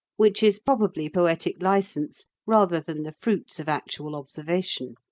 which is probably poetic licence rather than the fruits of actual observation.